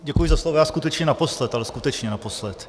Děkuji za slovo, já skutečně naposled, ale skutečně naposled.